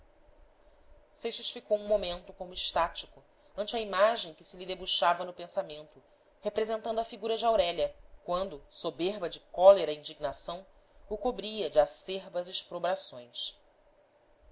seixas ficou um momento como extático ante a imagem que se lhe debuxava no pensamento representando a figura de aurélia quando soberba de cólera e indignação o cobria de acerbas exprobrações